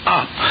up